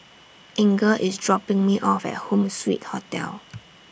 Inger IS dropping Me off At Home Suite Hotel